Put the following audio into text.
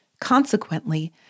Consequently